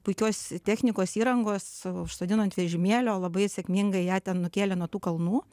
puikios technikos įrangos užsodino ant vežimėlio labai sėkmingai ją ten nukėlė nuo tų kalnų